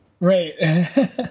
right